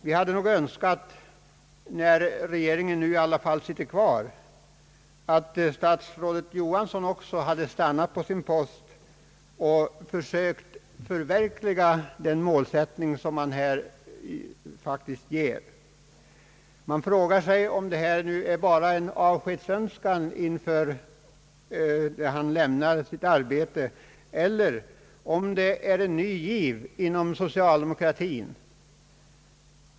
Vi hade nog önskat — eftersom regeringen nu i alla fall sitter kvar — att herr Rune Johansson hade stannat kvar på sin statsrådspost och försökt förverkliga den målsättning som han här uttryckt. Man frågar sig om det är bara en avskedsönskan när han nu lämnar sitt arbete, eller om det är en ny giv inom socialdemokratin.